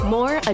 More